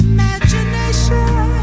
Imagination